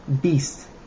Beast